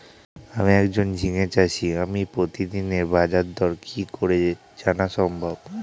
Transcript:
আমি একজন ঝিঙে চাষী আমি প্রতিদিনের বাজারদর কি করে জানা সম্ভব?